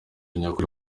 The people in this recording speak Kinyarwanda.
nyakuri